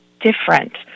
different